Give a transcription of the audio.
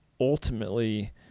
ultimately